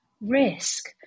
risk